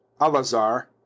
alazar